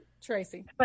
Tracy